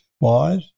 wise